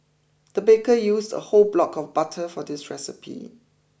the baker used a whole block of butter for this recipe